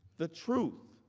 the truth,